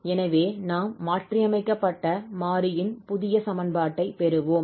எனவே நாம் மாற்றியமைக்கப்பட்ட மாறியின் புதிய சமன்பாட்டை பெறுவோம்